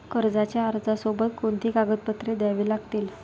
कर्जाच्या अर्जासोबत कोणती कागदपत्रे द्यावी लागतील?